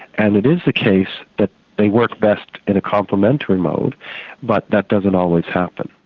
and it is the case that they work best in a complementary mode but that doesn't always happen.